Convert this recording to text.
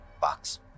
box